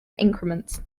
increments